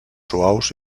suaus